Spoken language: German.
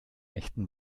echten